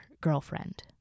girlfriend